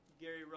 Gary